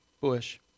bush